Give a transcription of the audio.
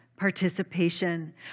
participation